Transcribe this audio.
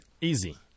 Easy